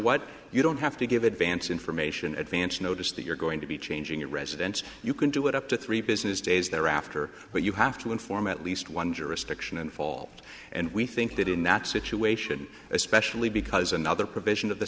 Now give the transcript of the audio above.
what you don't have to give advance information advance notice that you're going to be changing your residence you can do it up to three business days thereafter but you have to inform at least one jurisdiction and fall and we think that in that situation especially because another provision of the